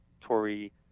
tory